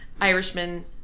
Irishman